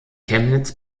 chemnitz